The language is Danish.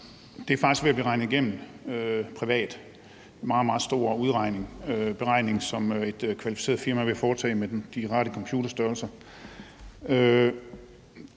Det er faktisk ved at blive regnet igennem privat. Det er en meget, meget stor udregning, som et kvalificeret firma er ved at foretage med de rette computerstørrelser.